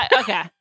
Okay